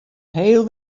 heel